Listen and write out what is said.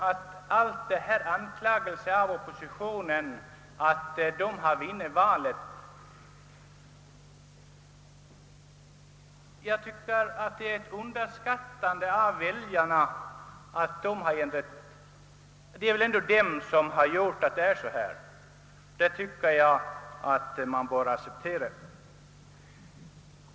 Anklagelserna mot oppositionen för att denna vunnit valet utgör ett underskattande av väljarna, ty det är väl ändå dessa som åstadkommit det föreliggande resultatet, och man bör nog acceptera valutgången.